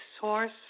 source